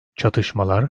çatışmalar